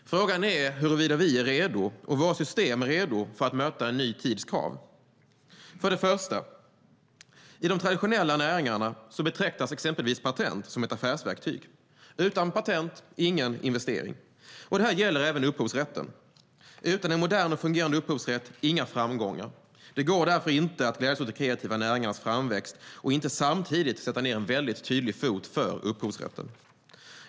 Frågan är huruvida vi och våra system är redo att möta en ny tids krav. Det första jag vill ta upp är att exempelvis patent betraktas som ett affärsverktyg i de traditionella näringarna - utan patent, ingen investering. Detta gäller även upphovsrätten - utan en modern och fungerande upphovsrätt, inga framgångar. Det går därför inte att glädjas åt de kreativa näringarnas framväxt utan att samtidigt sätta ned en väldigt tydlig fot för upphovsrätten.